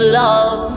love